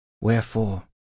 wherefore